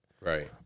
Right